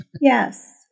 yes